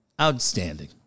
Outstanding